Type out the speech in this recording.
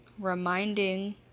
reminding